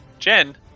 Jen